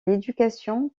l’éducation